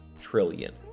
trillion